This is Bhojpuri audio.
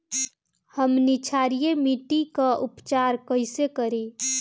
हमनी क्षारीय मिट्टी क उपचार कइसे करी?